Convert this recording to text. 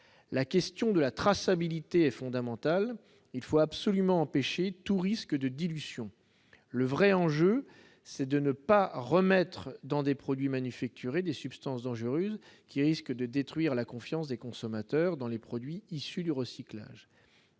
la question de la traçabilité est fondamental : il faut absolument empêcher tout risque de dilution, le vrai enjeu, c'est de ne pas remettre dans des produits manufacturés des substances dangereuses qui risque de détruire la confiance des consommateurs dans les produits issus du recyclage,